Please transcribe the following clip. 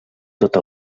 tot